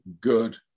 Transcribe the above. good